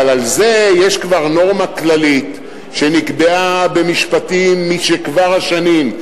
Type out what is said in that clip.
אבל על זה יש כבר נורמה כללית שנקבעה במשפטים משכבר השנים,